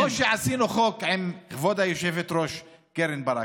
כמו שעשינו חוק עם כבוד היושבת-ראש קרן ברק,